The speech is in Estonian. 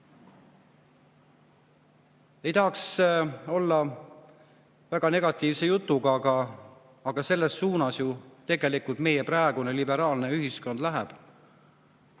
Ei tahaks olla väga negatiivse jutuga, aga selles suunas tegelikult meie praegune liberaalne ühiskond läheb.